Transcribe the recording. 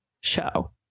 show